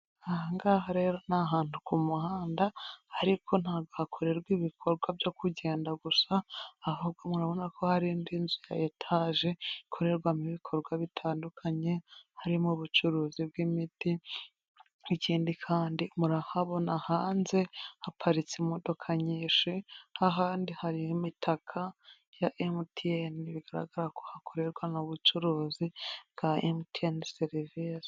Aha ngaha rero ni ahantu ku muhanda, riko ntabwo hakorerwa ibikorwa byo kugenda gusa, ahubwo murabona ko hari indi nzu ya etaje, ikorerwamo ibikorwa bitandukanye harimo ubucuruzi bw'imiti, ikindi kandi murahabona hanze haparitse imodoka nyinshi, ahandi hari imitaka ya MTN, bigaragara ko hakorerwamo ubucuruzi bwa MTN serivise.